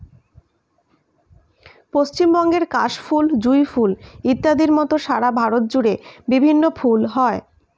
পশ্চিমবঙ্গের কাশ ফুল, জুঁই ফুল ইত্যাদির মত সারা ভারত জুড়ে বিভিন্ন ফুল হয়